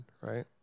right